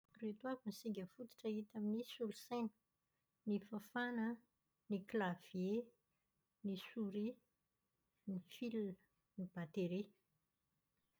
Ireto avy ny singa fototra hita amin'ny solosaina. Ny fafana, ny klavie, ny souris, ny fil, ny bateria.